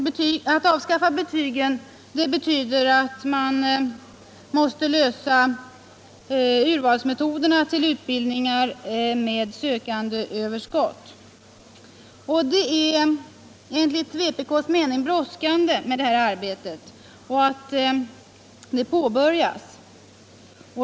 Avskaffar man betygen betyder det att man måste lösa problemet med urvalsmetoderna till utbildningar med sökandeöverskott. Det är enligt vpk:s mening bråttom med att det här arbetet påbörjas.